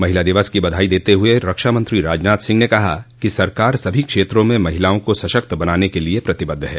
महिला दिवस की बधाई देते हुए रक्षामंत्री राजनाथ सिंह ने कहा कि सरकार सभी क्षेत्रों में महिलाओं को सशक्त बनाने के लिए प्रतिबद्ध है